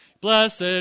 Blessed